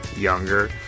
younger